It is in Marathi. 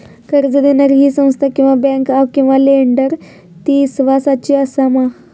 कर्ज दिणारी ही संस्था किवा बँक किवा लेंडर ती इस्वासाची आसा मा?